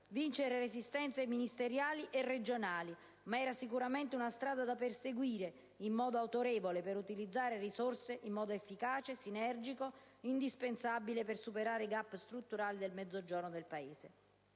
vincere resistenze ministeriali e regionali, ma era sicuramente una strada da perseguire in modo autorevole, per utilizzare risorse in modo più efficace, sinergico, indispensabile per superare i *gap* strutturali nel Mezzogiorno del Paese.